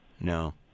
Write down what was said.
No